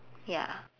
ya